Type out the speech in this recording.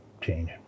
change